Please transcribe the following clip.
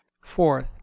fourth